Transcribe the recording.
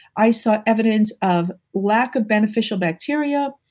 i saw evidence of lack of beneficial bacteria,